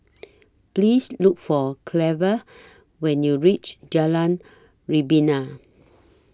Please Look For Cleva when YOU REACH Jalan Rebana